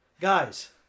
guys